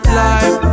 life